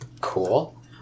Cool